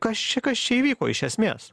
kas čia kas čia įvyko iš esmės